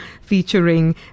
featuring